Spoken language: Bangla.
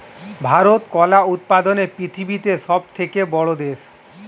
ভারত কলা উৎপাদনে পৃথিবীতে সবথেকে বড়ো দেশ